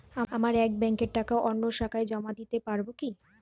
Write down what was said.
আমার এক ব্যাঙ্কের টাকা অন্য শাখায় জমা দিতে পারব কি?